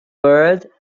bird